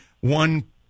one